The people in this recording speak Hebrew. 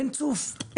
אין צוף.